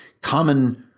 common